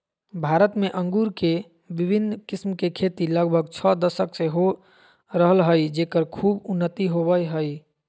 भारत में अंगूर के विविन्न किस्म के खेती लगभग छ दशक से हो रहल हई, जेकर खूब उन्नति होवअ हई